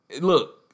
Look